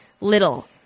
Little